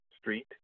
Street